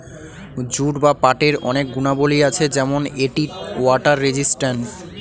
jute বা পাটের অনেক গুণাবলী আছে যেমন এটি ওয়াটার রেজিস্ট্যান্স